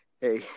Hey